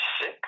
sick